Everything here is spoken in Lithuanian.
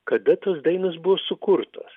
kada tos dainos buvo sukurtos